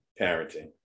parenting